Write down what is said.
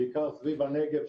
בעיקר סביב הנגב,